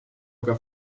aga